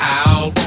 out